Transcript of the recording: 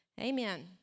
Amen